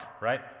Right